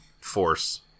force